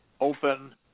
Open